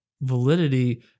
validity